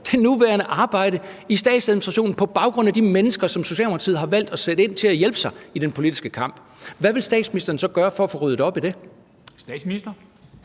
det nuværende arbejde i statsadministrationen på baggrund af de mennesker, som Socialdemokratiet har valgt at sætte ind til at hjælpe sig i den politiske kamp. Hvad vil statsministeren så gøre for at få ryddet op i det? Kl.